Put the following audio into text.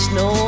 no